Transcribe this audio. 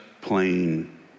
plain